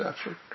effort